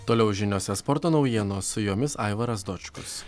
toliau žiniose sporto naujienos su jomis aivaras dočkus